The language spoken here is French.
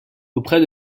auprès